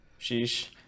Sheesh